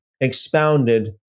expounded